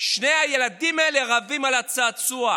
שני הילדים האלה רבים על צעצוע.